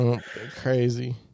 Crazy